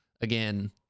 again